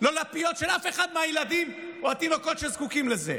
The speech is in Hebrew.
לא לפיות של אף אחד מהילדים או התינוקות שזקוקים לזה,